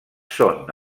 són